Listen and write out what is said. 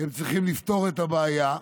הם צריכים לפתור את הבעיה,